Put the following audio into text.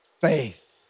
faith